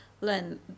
learn